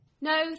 No